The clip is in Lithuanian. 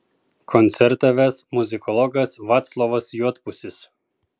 koncertą ves muzikologas vaclovas juodpusis